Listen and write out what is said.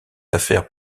affaires